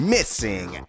Missing